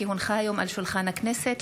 כי הונחה היום על שולחן הכנסת,